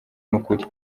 n’ukuri